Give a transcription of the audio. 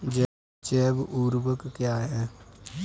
जैव ऊर्वक क्या है?